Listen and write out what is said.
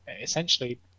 essentially